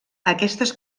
aquestes